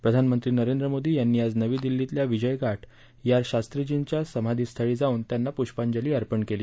प्रधानमंत्री नरेंद्र मोदी यांनी आज नवी दिल्लीतल्या विजय घाट या शास्त्रीजींच्या समाधीस्थळी जाऊन त्यांना पुष्पांजली अर्पण केली